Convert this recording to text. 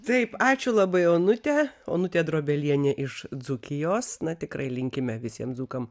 taip ačiū labai onutė onutė drobelienė iš dzūkijos na tikrai linkime visiems dzūkams